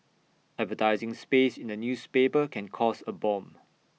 advertising space in A newspaper can cost A bomb